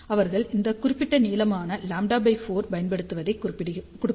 அவர்கள் இந்த குறிப்பிட்ட நீளமான λ4 பயன்படுத்துவதைக் குறிப்பிடுவார்கள்